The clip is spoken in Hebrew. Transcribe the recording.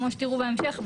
כמו שתראו בהמשך,